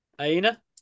Aina